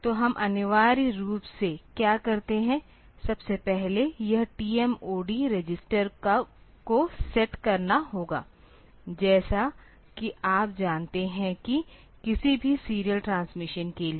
तो हम अनिवार्य रूप से क्या करते हैं सबसे पहले यह TMOD रजिस्टर को सेट करना होगा जैसा कि आप जानते हैं कि किसी भी सीरियल ट्रांसमिशन के लिए